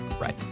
Right